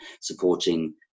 supporting